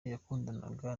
yakundanaga